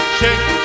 shake